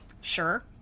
sure